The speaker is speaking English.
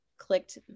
clicked